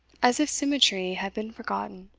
as if symmetry had been forgotten,